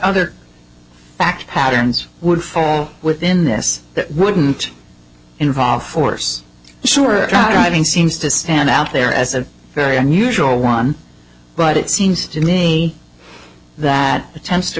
other fact patterns would fall within this that wouldn't involve force sure writing seems to stand out there as a very unusual one but it seems to me that attempts to